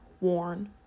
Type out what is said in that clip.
worn